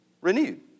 renewed